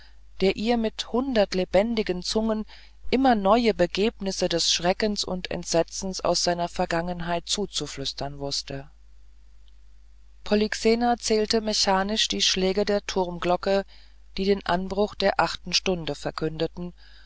der ihr mit hundert lebendigen zungen immer neue begebnisse des schreckens und entsetzens aus seiner vergangenheit zuzuflüstern wußte polyxena zählte mechanisch die schläge der turmglocken die den anbruch der achten stunde verkündeten